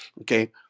okay